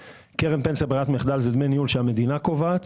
קרן פנסיה ברירת מחדל זה דמי ניהול שהמדינה קובעת.